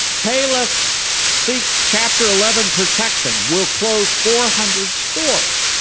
payless seeks chapter eleven protection. will close four hundred stores.